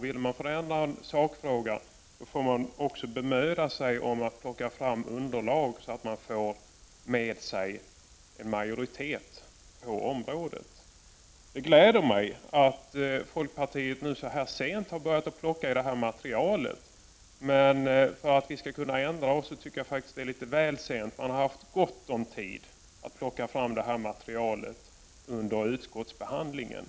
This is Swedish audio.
Vill man förändra sakfrågan får man också bemöda sig om att plocka fram underlag för att få med sig en majoritet. Det gläder mig att folkpartiet nu så här sent har börjat plocka i materialet. Men det är litet väl sent för att vi miljöpartister skall kunna ändra oss. Folkpartiet har haft gott om tid att plocka fram det här materialet under utskottsbehandlingen. Man behöver = Prot.